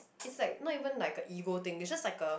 it's like not even like a ego thing it's just like a